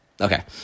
Okay